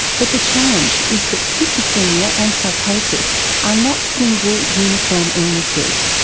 but the challenge is that schizophrenia and psychosis are not single uniform illnesses,